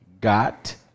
got